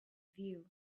view